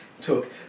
took